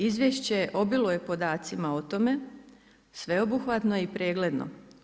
Izvješće obiluje podacima o tome, sveobuhvatno i pregledno.